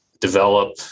develop